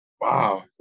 Wow